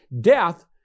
Death